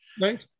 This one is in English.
Right